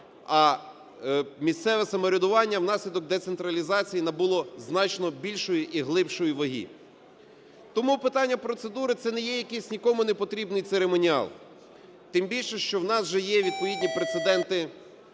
а місцеве самоврядування внаслідок децентралізації набуло значно більшої і глибшої ваги. Тому питання процедури – це не є якийсь нікому непотрібний церемоніал, тим більше, що у нас вже є відповідні прецеденти